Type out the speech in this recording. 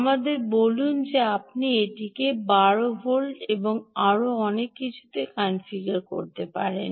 আমাদের বলুন যে আপনি এটিকে 12 ভোল্ট এবং আরও অনেক কিছুতে কনফিগার করতে পারেন